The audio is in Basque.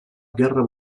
gerra